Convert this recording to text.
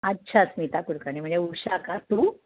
अच्छा स्मिता कुलकर्णी म्हणजे उषा का तू